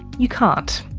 you can't.